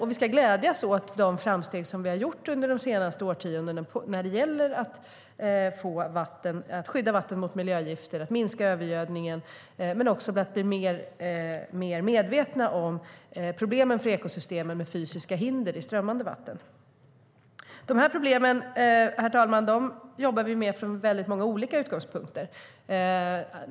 Vi ska glädjas åt de framsteg som vi har gjort de senaste årtiondena när det gäller att skydda vatten mot miljögifter och minska övergödningen men också vad gäller att bli mer medvetna om problemen för ekosystemen med fysiska hinder i strömmande vatten. Herr talman! Vi jobbar med de problemen från många olika utgångspunkter.